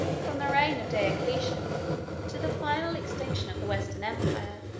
from the reign of diocletian to the final extinction of the western empire,